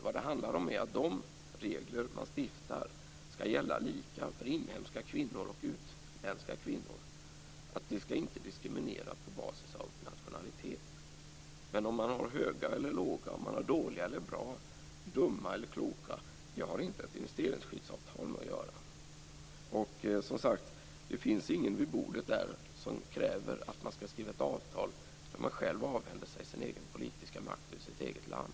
Vad det handlar om är att de regler man stiftar skall gälla lika för inhemska kvinnor och utländska kvinnor. De skall inte diskriminera på basis av nationalitet. Men om man har höga eller låga, dåliga eller bra, dumma eller kloka - det har inte ett investeringsskyddsavtal med att göra. Som sagt: Det finns ingen vid det där bordet som kräver att man skall skriva ett avtal där man avhänder sig sin egen, dvs. sitt lands, politiska makt.